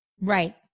Right